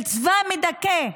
של צבא מדכא,